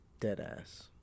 Deadass